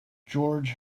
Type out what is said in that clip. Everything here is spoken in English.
george